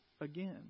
again